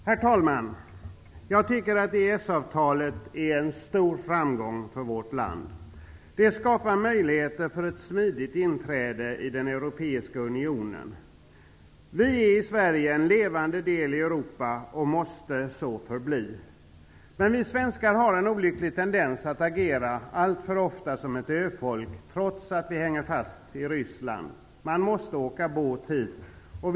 Herr talman! Jag tycker att EES-avtalet är en stor framgång för vårt land. Det skapar möjligheter för ett smidigt inträde i den europeiska unionen. Vi i Sverige utgör en levande del i Europa och måste så förbli. Men vi svenskar har en olycklig tendens att alltför ofta agera som ett öfolk, trots att landet hänger fast vid Ryssland. Man måste åka båt till Sverige.